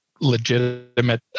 legitimate